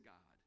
God